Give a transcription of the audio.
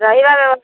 ରହିବା ବ୍ୟବସ୍ଥା